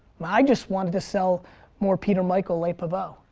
i just wanted to sell more peter michael les pavots.